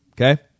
Okay